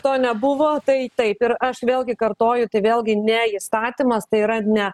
to nebuvo tai taip ir aš vėlgi kartoju tai vėlgi ne įstatymas tai yra ne